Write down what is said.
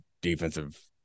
defensive